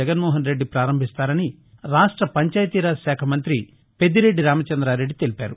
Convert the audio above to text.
జగన్మోహన్ రెడ్డి ప్రారంభిస్తారని రాష్ట పంచాయతీరాజ్శాఖ మంత్రి పెద్దిరెడ్డి రామచంద్రారెడ్డి తెలిపారు